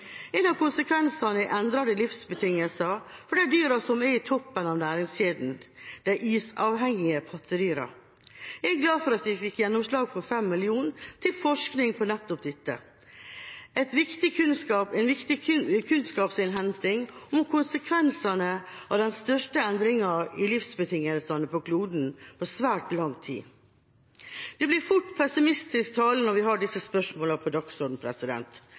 En av konsekvensene er endrede livsbetingelser for de dyrene som er i toppen av næringskjeden, de isavhengige pattedyrene. Jeg er glad for at vi fikk gjennomslag for 5 mill. kr til forskning på nettopp dette – en viktig kunnskapsinnhenting om konsekvensene av den største endringen av livsbetingelsene på kloden på svært lang tid. Det blir fort pessimistisk tale når vi har disse spørsmålene på